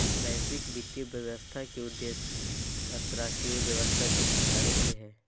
वैश्विक वित्तीय व्यवस्था के उद्देश्य अन्तर्राष्ट्रीय व्यवस्था के सुधारे से हय